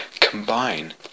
combine